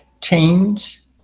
change